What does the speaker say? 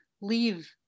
leave